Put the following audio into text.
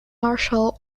marshal